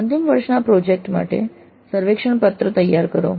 અંતિમ વર્ષના પ્રોજેક્ટ માટે પ્રોજેક્ટ સર્વેક્ષણ પત્ર તૈયાર કરો